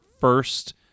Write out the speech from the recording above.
first